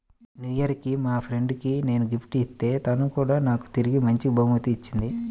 new year కి మా friend కి నేను గిఫ్ట్ ఇత్తే తను కూడా నాకు తిరిగి మంచి బహుమతి ఇచ్చింది